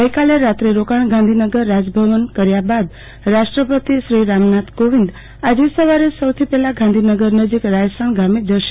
આજે રાત્રીરોકાણ ગાંધીનગર રાજભવનમાં કર્યા બાદ રાષ્ટ્રપતિ શ્રી રામનાથ કોવિંદ આજે સવારે સૌથી પહેલા ગાંધીનગર નજીક રાયસણ ગામે જશે